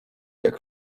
jak